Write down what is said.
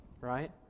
right